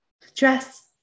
Stress